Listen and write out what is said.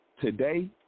today